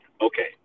Okay